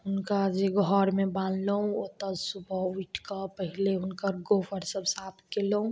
उनका जे घरमे बाँन्ह लहुॅं ओतऽ सुबह उठि कऽ पहिले हुनकर गोबर सभ साफ केलहुॅं